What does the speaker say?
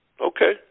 okay